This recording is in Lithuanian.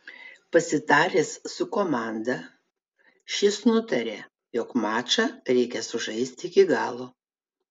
pasitaręs su komanda šis nutarė jog mačą reikia sužaisti iki galo